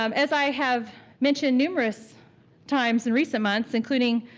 um as i have mentioned numerous times in recent months, including